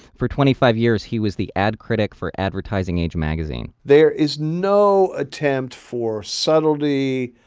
for twenty five years he was the ad critic for advertising age magazine there is no attempt for subtlety,